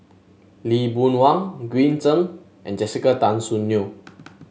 Lee Boon Wang Green Zeng and Jessica Tan Soon Neo